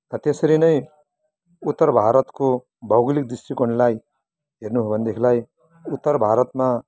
र त्यसरी नै उत्तर भारतको भौगोलिक दृष्टीकोणलाई हेर्नुभयो भनेदेखिलाई उत्तर भारतमा